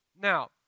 Now